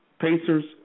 Pacers